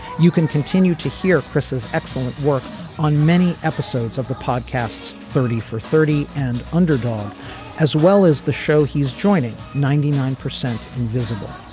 you can continue to hear chris's excellent work on many episodes of the podcasts thirty for thirty and underdog as well as the show he's joining ninety nine percent invisible.